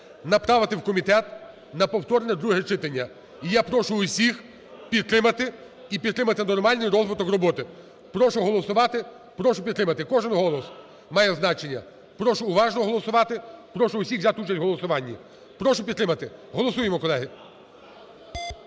направити в комітет на повторне друге читання. І я прошу усіх підтримати і підтримати нормальний розвиток роботи. Прошу голосувати, прошу підтримати. Кожен голос має значення. Прошу уважно голосувати, прошу усіх взяти участь в голосуванні. Прошу підтримати, голосуємо, колеги.